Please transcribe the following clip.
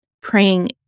praying